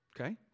Okay